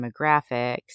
demographics